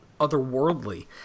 otherworldly